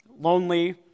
Lonely